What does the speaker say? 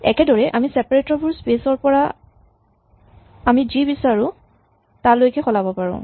একেদৰেই আমি চেপাৰেটৰ বোৰ স্পেচ ৰ পৰা আমি যি বিচাৰো তালৈকে সলাব পাৰো